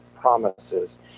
promises